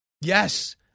Yes